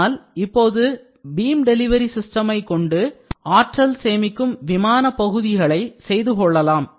ஆனால் இப்பொழுது beam delivery system ஐ கொண்டு ஆற்றல் சேமிக்கும் விமான பகுதிகளை செய்து கொள்ளலாம்